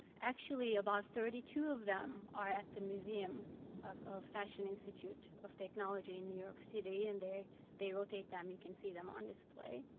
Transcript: actually, about thirty two of them are at the museum of of fashion institute of technology in new york city. and they they rotate them. you can see them on display.